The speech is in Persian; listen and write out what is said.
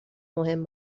مهم